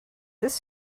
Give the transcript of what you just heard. this